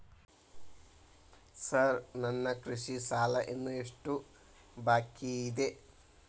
Sir ನನ್ನ ಕೃಷಿ ಸಾಲ ಇನ್ನು ಎಷ್ಟು ಬಾಕಿಯಿದೆ?